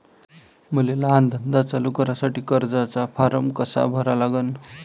मले लहान धंदा चालू करासाठी कर्जाचा फारम कसा भरा लागन?